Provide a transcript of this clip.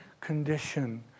condition